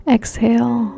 Exhale